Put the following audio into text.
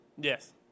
Yes